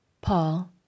Paul